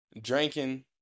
drinking